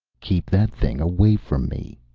keep that thing away from me,